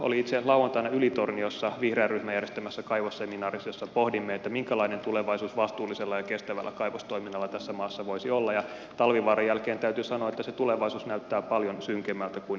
olin itse asiassa lauantaina ylitorniossa vihreän ryhmän järjestämässä kaivosseminaarissa jossa pohdimme minkälainen tulevaisuus vastuullisella ja kestävällä kaivostoiminnalla tässä maassa voisi olla ja talvivaaran jälkeen täytyy sanoa että se tulevaisuus näyttää paljon synkemmältä kuin ennen sitä